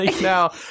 now